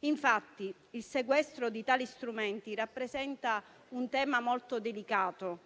Infatti, il sequestro di tali strumenti rappresenta un tema molto delicato,